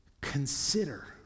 consider